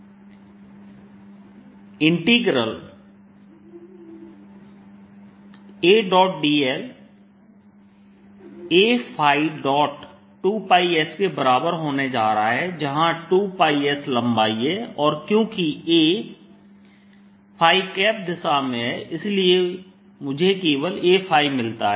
ABAA Adlϕ Adl A2s के बराबर होने जा रहा है जहां 2s लंबाई है और क्योंकि A दिशा में है इसलिए मुझे केवल A मिलता है